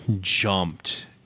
jumped